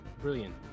brilliant